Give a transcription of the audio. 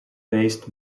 based